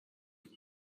dur